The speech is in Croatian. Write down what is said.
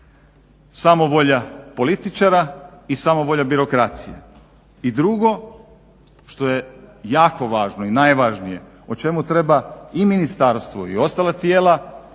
samovolja političara i samovolja birokracije. I drugo što je jako važno i najvažnije o čemu treba i ministarstvo i ostala tijela,